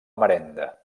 marenda